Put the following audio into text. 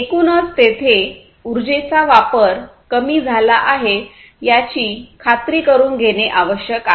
एकूणच तेथे उर्जेचा वापर कमी झाला आहे याची खात्री करून घेणे आवश्यक आहे